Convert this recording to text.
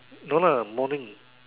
no lah morning